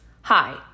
Hi